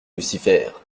lucifer